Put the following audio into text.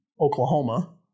Oklahoma